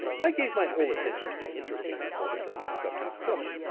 i gave my whole attention to the interesting performance of mrs. upton's cook.